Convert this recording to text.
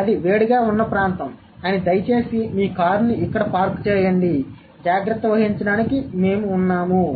అది వేడిగా ఉన్న ప్రాంతం అని దయచేసి మీ కారుని ఇక్కడ పార్క్ చేయకండి జాగ్రత్త వహించడానికి మనం ఉన్నాము